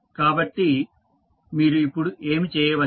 కాబట్టి మీరు ఇప్పుడు ఏమి చేయవచ్చు